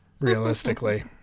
Realistically